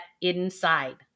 inside